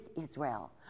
israel